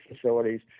facilities